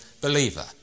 believer